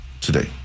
today